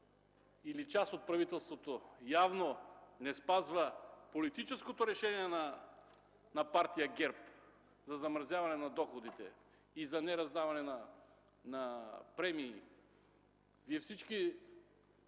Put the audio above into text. част от правителството явно не спазва политическото решение на Партия ГЕРБ за замразяване на доходите и за нераздаване на премии – всички